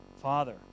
Father